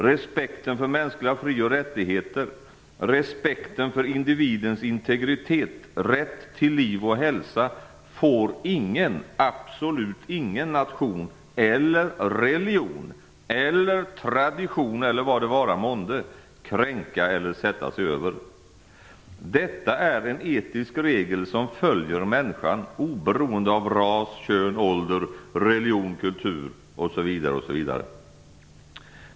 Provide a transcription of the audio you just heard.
Respekten för mänskliga fri och rättigheter, respekten för individens integritet, rätt till liv och hälsa får ingen, absolut ingen nation eller religion eller tradition eller vad det vara månde kränka eller sätta sig över. Detta är en etisk regel som följer människan oberoende av ras, kön, ålder, religion, kultur, m.m.